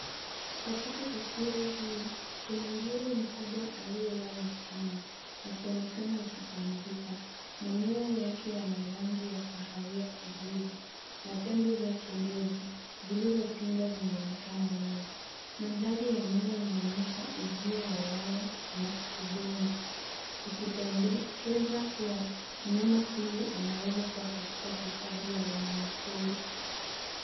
Katika taswira hii, kuna ngiri mkubwa aliyelala chini, akionekana akipumzika. Manyoya yake yana rangi ya kahawia kijivu na pembe zake ndefu zilizopinda zinaonekana wazi. Mandhari ya nyuma inaonyesha uzio wa waya na udongo, ikipendekeza kuwa mnyama huyu anaweza kuwa katika hifadhi ya wanyama pori.